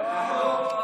אוה.